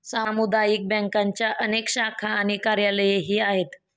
सामुदायिक बँकांच्या अनेक शाखा आणि कार्यालयेही आहेत